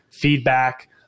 feedback